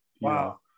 Wow